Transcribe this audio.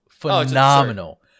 phenomenal